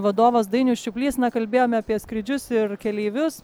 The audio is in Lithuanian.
vadovas dainius čiuplys na kalbėjome apie skrydžius ir keleivius